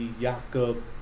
Jakob